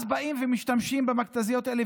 אז באים ומשתמשים במכת"זיות האלה.